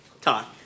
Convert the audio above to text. talk